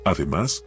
Además